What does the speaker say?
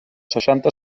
seixanta